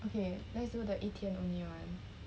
okay let's do the 一天 only one